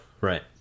Right